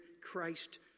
Christ